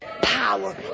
power